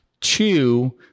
Two